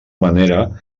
manera